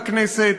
בכנסת,